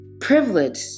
privilege